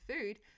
food